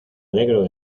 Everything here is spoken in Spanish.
alegro